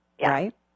Right